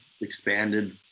expanded